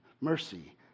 mercy